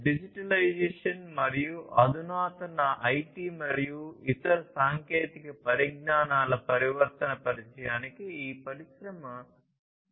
digitalisation మరియు అధునాతన IT మరియు ఇతర సాంకేతిక పరిజ్ఞానాల పరివర్తన పరిచయానికి ఈ పరిశ్రమ 4